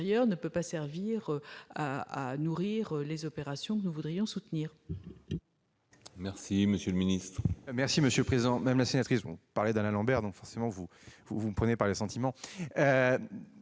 ne peut pas servir à nourrir les opérations que nous voudrions soutenir.